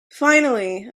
finally